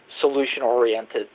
solution-oriented